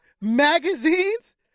Magazines